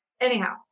anyhow